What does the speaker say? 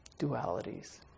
dualities